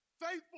Faithful